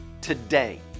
today